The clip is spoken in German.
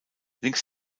links